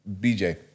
BJ